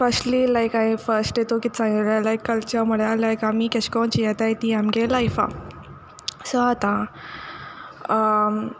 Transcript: firstly like हांय first इंतूं कित सांगिल्लें लायक कल्चर म्हळ्यार लायक आमी केशकोन जियेता ती आमगे लायफ सो आतां